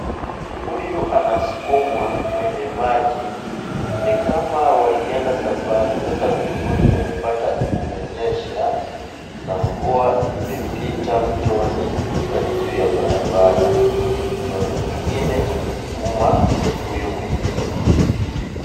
Huyu anasukumwa kwenye maji, ni kama walienda safari sasa kurudi wamepata kumenyesha na mvua imepita mtoni hadi juu ya barabara, ndio mwingine anasukuma huyu mwenye pikipiki.